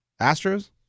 Astros